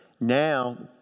Now